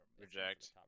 Reject